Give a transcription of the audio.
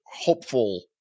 hopeful